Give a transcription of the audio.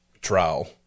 trial